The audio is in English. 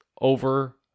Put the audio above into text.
over